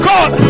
God